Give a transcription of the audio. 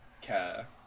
care